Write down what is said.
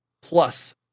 plus